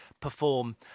perform